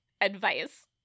advice